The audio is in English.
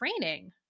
training